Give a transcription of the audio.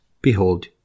behold